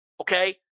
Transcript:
okay